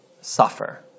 suffer